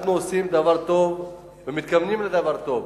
אנחנו עושים דבר טוב ומתכוונים לדבר טוב.